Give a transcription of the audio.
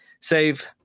save